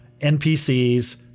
NPCs